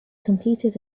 competed